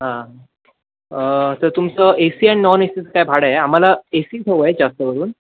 हां तर तुमचं A C and non A सीचं काय भाडं आहे आम्हाला ए सीच हवं आहे जास्त करून